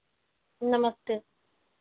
नमस्ते